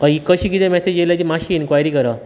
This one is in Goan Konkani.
हय ही कशी कितें मेसेज येयला मात्शी इनक्वायरी करा